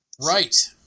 Right